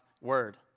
word